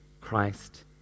Christ